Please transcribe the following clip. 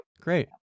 great